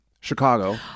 Chicago